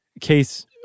case